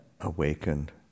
awakened